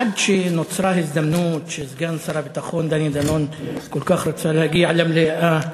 עד שנוצרה הזדמנות שסגן שר הביטחון דני דנון כל כך רצה להגיע למליאה,